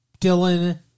Dylan